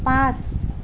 পাঁচ